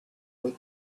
both